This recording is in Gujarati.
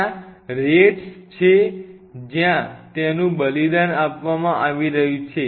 ત્યાં RATs છે જેનું બલિદાન આપવામાં આવી રહ્યું છે